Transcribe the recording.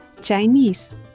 Chinese